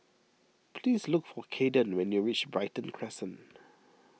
please look for Cayden when you reach Brighton Crescent